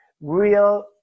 real